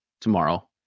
tomorrow